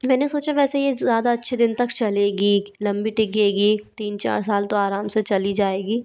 मैंने सोचा वैसे ये ज़्यादा अच्छे दिन तक चलेगी लम्बी टिकेगी तीन चार साल तो आराम से चल ही जाएगी